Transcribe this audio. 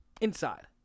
inside